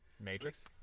Matrix